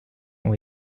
ont